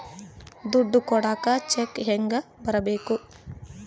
ದುಡ್ಡು ಕೊಡಾಕ ಚೆಕ್ ಹೆಂಗ ಬರೇಬೇಕು?